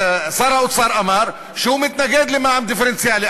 שר האוצר אמר שהוא מתנגד למע"מ דיפרנציאלי,